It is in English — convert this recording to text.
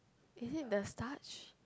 isn't the starch